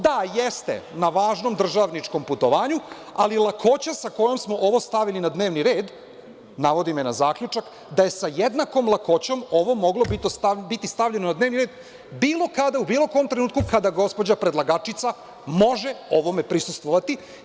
Da, jeste na važnom državničkom putovanju, ali lakoća sa kojom smo ovo stavili na dnevni red navodi me na zaključak da je sa jednakom lakoćom ovo moglo biti stavljeno na dnevni red bilo kada, u bilo kom trenutku, kada gospođa predlagačica može ovome prisustvovati.